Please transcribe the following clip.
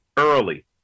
early